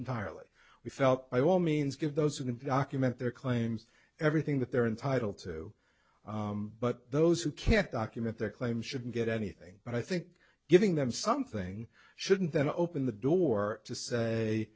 entirely we felt by all means give those who didn't document their claims everything that they're entitled to but those who can't document their claim shouldn't get anything but i think giving them something shouldn't then open the door to